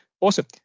Awesome